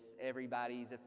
everybody's